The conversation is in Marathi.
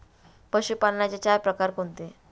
पशुपालनाचे चार प्रकार कोणते?